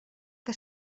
que